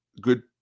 good